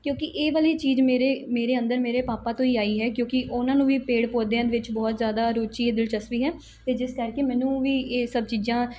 ਕਿਉਂਕਿ ਇਹ ਵਾਲੀ ਚੀਜ਼ ਮੇਰੇ ਮੇਰੇ ਅੰਦਰ ਮੇਰੇ ਪਾਪਾ ਤੋਂ ਹੀ ਆਈ ਹੈ ਕਿਉਂਕਿ ਉਹਨਾਂ ਨੂੰ ਵੀ ਪੇੜ ਪੌਦਿਆਂ ਦੇ ਵਿੱਚ ਬਹੁਤ ਜ਼ਿਆਦਾ ਰੁਚੀ ਦਿਲਚਸਪੀ ਹੈ ਅਤੇ ਜਿਸ ਕਰਕੇ ਮੈਨੂੰ ਵੀ ਇਹ ਸਭ ਚੀਜ਼ਾਂ